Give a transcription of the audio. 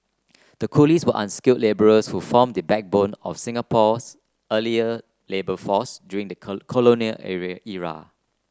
the coolies were unskilled labourers who formed the backbone of Singapore's earlier labour force during the colonial area era